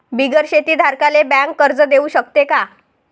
बिगर शेती धारकाले बँक कर्ज देऊ शकते का?